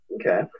Okay